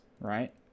right